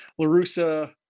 Larusa